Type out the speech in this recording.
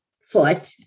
foot